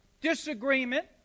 Disagreement